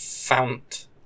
Fount